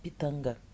pitanga